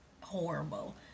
horrible